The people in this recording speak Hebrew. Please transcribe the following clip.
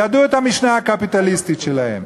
ידעו את המשנה הקפיטליסטית שלהם.